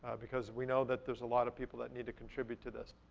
because we know that there's a lot of people that need to contribute to this.